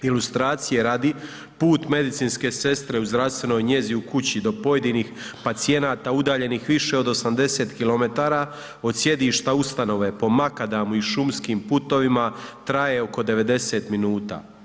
Ilustracije radi put medicinske sestre u zdravstvenoj njezi u kući do pojedinih pacijenata udaljenih više od 80 km od sjedišta ustanove, po makadamu i šumskim putovima traje oko 90 minuta.